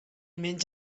menys